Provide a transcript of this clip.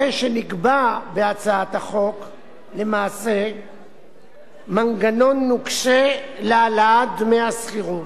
הרי שנקבע בהצעת החוק למעשה מנגנון נוקשה להעלאת דמי השכירות.